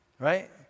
Right